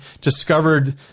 discovered